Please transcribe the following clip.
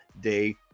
day